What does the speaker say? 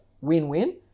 win-win